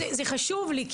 זה חשוב לי,